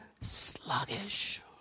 sluggish